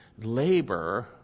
labor